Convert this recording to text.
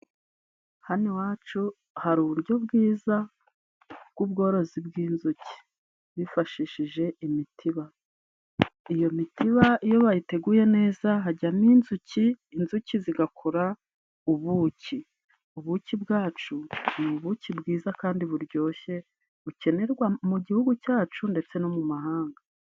Hano iwacu hari uburyo bwiza bw'ubworozi bw'inzuki bifashishije imitiba, iyo mitiba iyo bayiteguye neza hajyamo inzuki ,inzuki zigakora ubuki ,ubuki bwacu ni ubuki bwiza kandi buryoshye bukenerwa mu gihugu cyacu ndetse no mu mahanga.